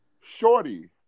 shorty